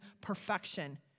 perfection